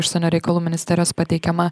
užsienio reikalų ministerijos pateikiama